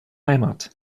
heimat